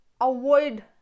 avoid